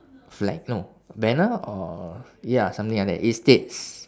flag no banner or ya something like that it states